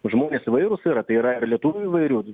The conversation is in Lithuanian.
žmonės įvairūs yra tai yra ir lietuvių įvairių